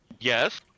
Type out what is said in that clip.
Yes